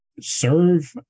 serve